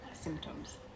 symptoms